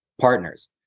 partners